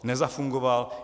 Nezafungoval.